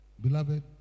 Beloved